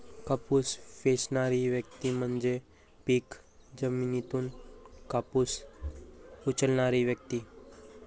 कापूस वेचणारी व्यक्ती म्हणजे पीक जमिनीतून कापूस उचलणारी व्यक्ती